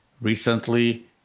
Recently